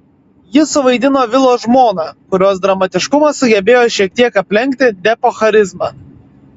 ji suvaidino vilo žmoną kurios dramatiškumas sugebėjo šiek tiek aplenkti depo charizmą